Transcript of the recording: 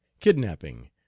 kidnapping